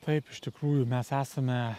taip iš tikrųjų mes esame